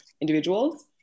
individuals